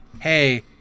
hey